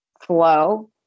flow